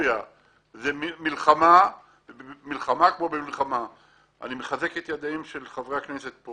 אני מחזק את ידיהם של חברי הכנסת פה